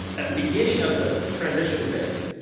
at the beginning of the transition phase